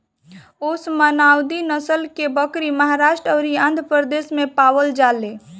ओस्मानावादी नसल के बकरी महाराष्ट्र अउरी आंध्रप्रदेश में पावल जाले